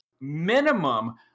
minimum